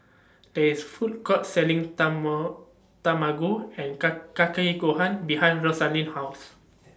There IS Food Court Selling timer Tamago and Kake Gohan behind Rosaline's House